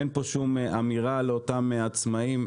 אין פה שום אמירה לאותם עצמאיים,